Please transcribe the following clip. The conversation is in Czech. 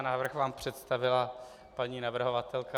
Návrh vám představila paní navrhovatelka.